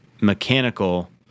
mechanical